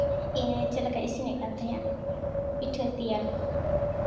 ᱤᱧ ᱟᱭᱳ ᱪᱮᱫ ᱞᱮᱠᱟᱭ ᱤᱥᱤᱱᱮᱫ ᱠᱟᱱ ᱛᱟᱦᱮᱱᱟ ᱯᱤᱴᱷᱟᱹᱭ ᱛᱮᱭᱟᱨ